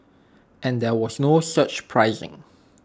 and there was no surge pricing